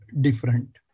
different